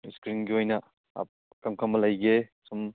ꯁ꯭ꯀ꯭ꯔꯤꯟꯒꯤ ꯑꯣꯏꯅ ꯀꯔꯝ ꯀꯔꯝꯕ ꯂꯩꯒꯦ ꯁꯨꯝ